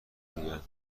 میگن